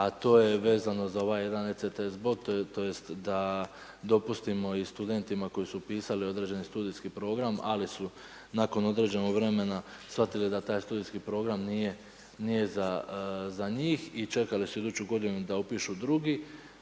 a to je vezano za ovaj jedan ECTS bod, tj. da dopustimo i studentima koji su upisali određeni studijski program ali su nakon određenog vremena shvatili da taj studijski program nije za njih i čekali su iduću godinu da upišu drugi,